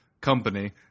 company